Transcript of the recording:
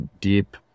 deep